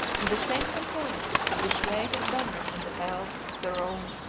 in the same campaign, could display his banner on the elbe, the rhone,